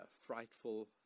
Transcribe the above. frightful